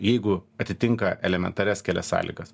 jeigu atitinka elementarias kelias sąlygas